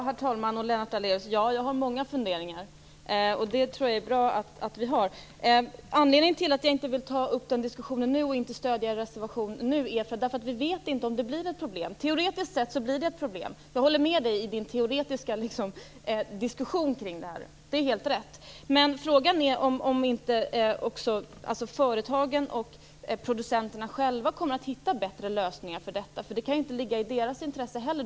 Herr talman! Ja, Lennart Daléus, jag har många funderingar, och det tror jag är bra att man har. Skälet till att jag nu inte vill ta upp den diskussionen och stödja er reservation är att vi inte vet om detta blir ett problem. Teoretiskt sett blir det ett problem. Jag håller med Lennart Daléus i den teoretiska diskussionen. Det är helt rätt. Frågan är om inte företagen och producenterna själva kommer att hitta bättre lösningar. Det här kan ju inte heller ligga i deras intresse.